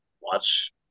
watch